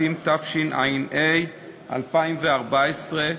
התשע"ה 2014,